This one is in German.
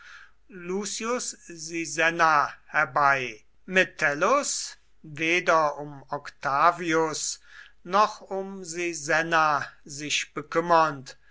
sisenna herbei metellus weder um octavius noch um sisenna sich bekümmernd